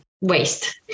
waste